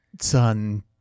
son